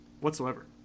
whatsoever